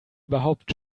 überhaupt